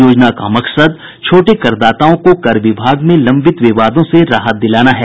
योजना का मकसद छोटे करदाताओं को कर विभाग में लम्बित विवादों से राहत दिलाना है